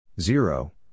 Zero